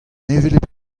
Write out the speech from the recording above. hevelep